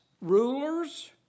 rulers